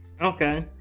Okay